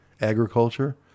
Agriculture